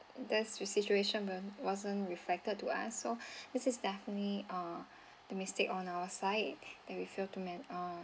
this with situation weren't wasn't reflected to us so this is definitely uh the mistake on our side that we fail to make uh